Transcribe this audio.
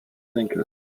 senkel